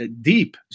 deep